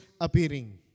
appearing